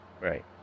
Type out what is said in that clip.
Right